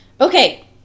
Okay